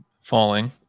falling